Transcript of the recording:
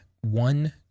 one